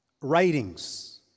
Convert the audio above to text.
writings